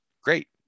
great